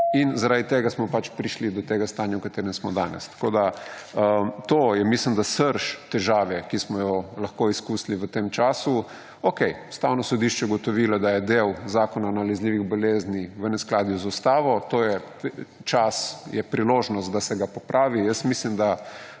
Zaradi tega smo prišli do tega stanja, v katerem smo danes. To je mislim da srž težave, ki smo jo lahko izkusili v tem času. Okej, Ustavno sodišče je ugotovilo, da je del zakona o nalezljivih boleznih v neskladju z ustavo. To je čas, je priložnost, da se ga popravi. Jaz mislim, da